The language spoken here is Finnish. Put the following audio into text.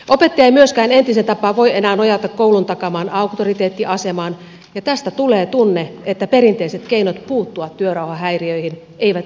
opettaja ei myöskään entiseen tapaan voi enää nojata koulun takaamaan auktoriteettiasemaan ja tästä tulee tunne että perinteiset keinot puuttua työrauhahäiriöihin eivät enää riitä